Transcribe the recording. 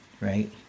right